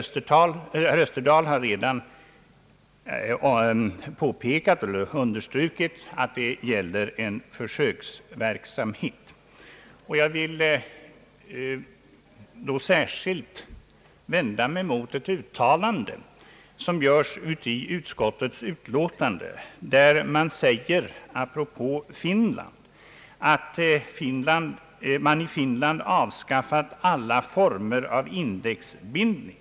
Herr Österdahl har redan understrukit att det gäller en försöksverksamhet, och jag vill då särskilt vända mig mot ett uttalande som görs i utskottets utlåtande, där det heter å propos Finland att man i det landet avskaffat alla former av indexbindning.